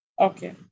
Okay